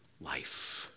life